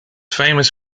famous